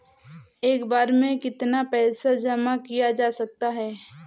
एक बार में कितना पैसा जमा किया जा सकता है?